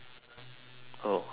oh I'm not sure